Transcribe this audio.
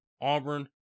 Auburn